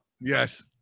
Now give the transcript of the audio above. Yes